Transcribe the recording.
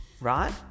right